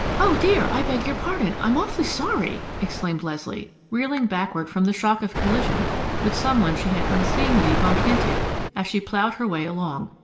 oh, dear! i beg your pardon! i'm awfully sorry! exclaimed leslie, reeling backward from the shock of collision with some one she had unseeingly bumped into as she plowed her way along,